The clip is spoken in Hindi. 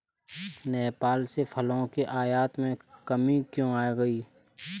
नेपाल से फलों के आयात में कमी क्यों आ गई?